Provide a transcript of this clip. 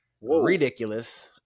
Ridiculous